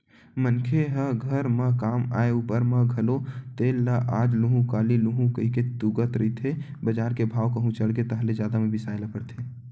मनखे ह घर म काम आय ऊपर म घलो तेल ल आज लुहूँ काली लुहूँ कहिके तुंगत रहिथे बजार के भाव कहूं चढ़गे ताहले जादा म बिसाय ल परथे